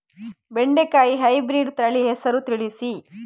ಬೆಂಡೆಕಾಯಿಯ ಹೈಬ್ರಿಡ್ ತಳಿ ಹೆಸರು ತಿಳಿಸಿ?